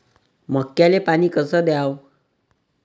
मक्याले पानी कस द्याव?